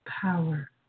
power